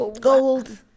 gold